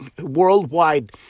worldwide